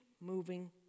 moving